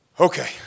Okay